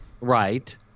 right